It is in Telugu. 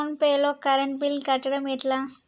ఫోన్ పే లో కరెంట్ బిల్ కట్టడం ఎట్లా?